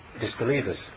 disbelievers